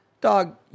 dog